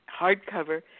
hardcover